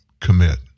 commit